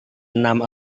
enam